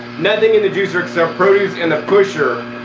nothing in the juicer except produce and the pusher.